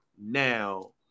now